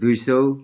दुई सौ